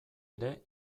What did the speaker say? ere